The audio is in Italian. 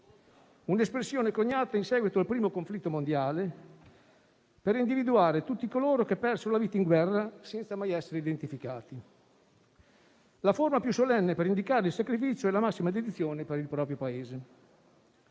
un'espressione coniata in seguito al Primo conflitto mondiale per individuare tutti coloro che persero la vita in guerra senza mai essere identificati; la forma più solenne per indicare il sacrificio e la massima dedizione per il proprio Paese.